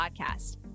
Podcast